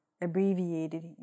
abbreviated